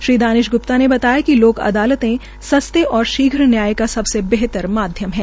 श्री दानिश गुप्ता ने बताया कि लोक अदालते सस्ते और शीघ्र न्याय का सबसे बेहतर माध्यम है